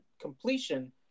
completion